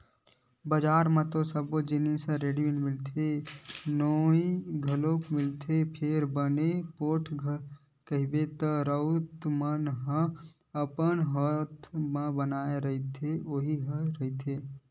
बजार म तो सबे जिनिस ह रेडिमेंट मिलत हे नोई घलोक मिलत हे फेर बने पोठ कहिबे त राउत मन ह अपन हात म बनाए रहिथे उही ह रहिथे